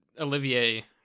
Olivier